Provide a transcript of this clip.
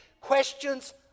questions